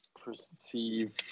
perceive